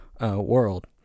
world